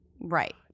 Right